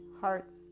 hearts